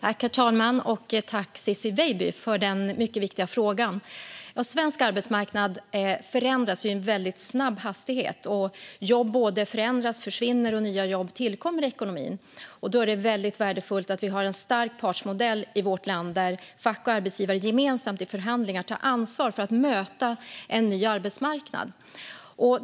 Herr talman! Tack, Ciczie Weidby, för den mycket viktiga frågan! Svensk arbetsmarknad förändras i hög hastighet. Jobb både förändras och försvinner, och nya jobb tillkommer i ekonomin. Då är det väldigt värdefullt att vi har en stark partsmodell i vårt land där fack och arbetsgivare gemensamt i förhandlingar tar ansvar för att möta en ny arbetsmarknad.